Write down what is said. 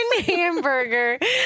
hamburger